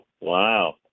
Wow